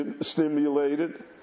stimulated